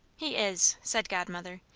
he is, said godmother.